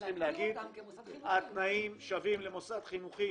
צריכים להגיד שהתנאים שווים למוסד חינוכי